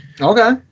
okay